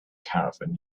caravan